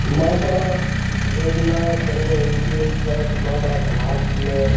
मामा भगिना सङ्गे निकलै छथि मामाके हाथमे